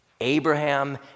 Abraham